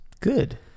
Good